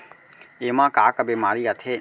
एमा का का बेमारी आथे?